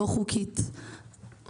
לא חוקית,